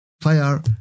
fire